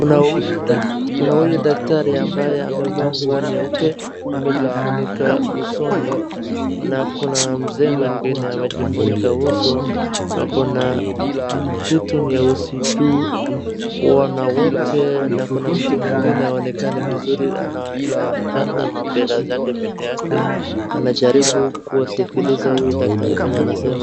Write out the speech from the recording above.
Kuna huyu daktari ambaye amevaa nguo nyeupe, amejifunika usoni, na kuna mzee mwengine amejifunuka uso ako na kitu nyeusi juu na wote, na kuna mtu mwengine haonekani vizuri inaonekana mabega zake peke yake, anajaribu kuwasikiliza huyu daktari venye anasema.